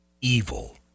evil